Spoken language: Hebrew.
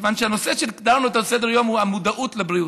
כיוון שהנושא שהגדרנו אותו על סדר-היום הוא המודעות לבריאות.